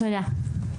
תודה.